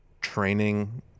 training